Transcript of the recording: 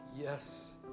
Yes